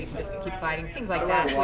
keep fighting. things like